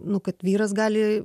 nu kad vyras gali